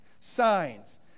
Signs